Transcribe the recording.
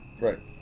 Right